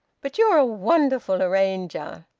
but you're a wonderful arranger.